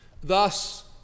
Thus